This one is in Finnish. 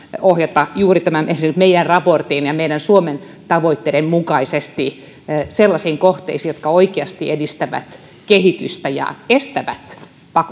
ohjata esimerkiksi juuri nimenomaan tämän meidän raportin ja suomen tavoitteiden mukaisesti sellaisiin kohteisiin jotka oikeasti edistävät kehitystä ja estävät